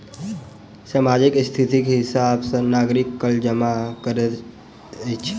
सामाजिक स्थिति के हिसाब सॅ नागरिक कर जमा करैत अछि